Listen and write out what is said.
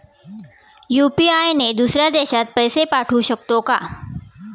UPI ने दुसऱ्या देशात पैसे पाठवू शकतो का?